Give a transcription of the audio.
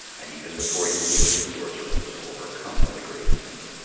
and even before he knew it the sorcerer was overcome by the great heat.